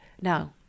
now